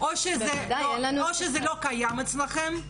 או שזה לא קיים אצלכם.